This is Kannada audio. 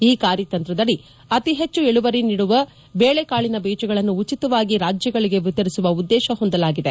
ಈ ಕಾರ್ಯತಂತ್ರದ ಅಡಿ ಅತಿಹೆಚ್ಚು ಇಳುವರಿ ನೀಡುವ ಬೇಳೆಕಾಳಿನ ಬೀಜಗಳನ್ನು ಉಚಿತವಾಗಿ ರಾಜ್ಯಗಳಿಗೆ ವಿತರಿಸುವ ಉದ್ದೇಶ ಹೊಂದಲಾಗಿದೆ